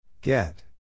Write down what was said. Get